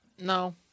No